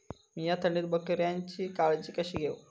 मीया थंडीत बकऱ्यांची काळजी कशी घेव?